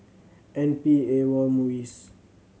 N P AWOL and MUIS